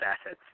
assets